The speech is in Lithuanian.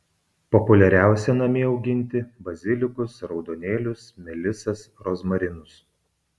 populiariausia namie auginti bazilikus raudonėlius melisas rozmarinus